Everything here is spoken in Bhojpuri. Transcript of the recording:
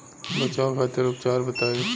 बचाव खातिर उपचार बताई?